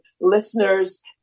listeners